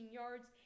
yards